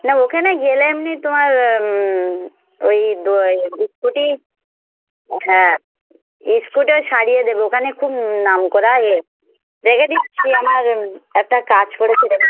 না ওখানে গেলে এমনি তোমার ওই দো এ স্কুটি হ্যাঁ স্কুটি ওই সারিয়ে দেবে ওখানে খুব নাম করা এ মেকানিক সে আমার একটা কাজ করে সেখানে